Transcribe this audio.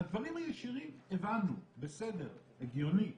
לדברים הישירים הבנו, בסדר, הגיוני.